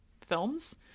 films